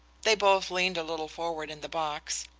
they both leaned a little forward in the box,